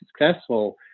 successful